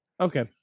Okay